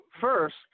first